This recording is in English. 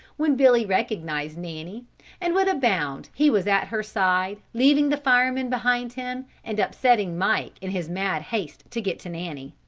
when billy recognized nanny and with a bound he was at her side leaving the fireman behind him and upsetting mike in his mad haste to get to nanny.